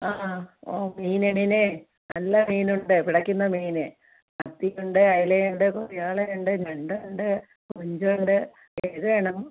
ആ ഓ മീനെടേലെ നല്ല മീനുണ്ട് പിടയ്ക്കുന്ന മീൻ മത്തിയുണ്ട് അയലയുണ്ട് കൊറിയാളയുണ്ട് ഞണ്ടുണ്ട് കൊഞ്ചുണ്ട് ഏത് വേണം